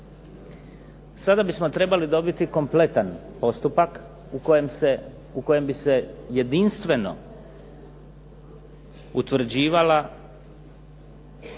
Sada bismo trebali dobiti kompletan postupak u kojem bi se jedinstveno utvrđivala